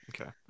Okay